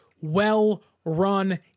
well-run